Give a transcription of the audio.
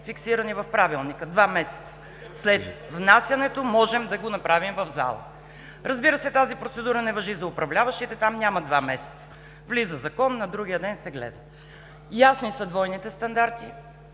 фиксирани в Правилника – два месеца след внасянето можем да го направим в зала. Разбира се, тази процедура не важи за управляващите, там няма два месеца – влиза закон, на другия ден се гледат. Ясни са двойните стандарти.